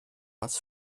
was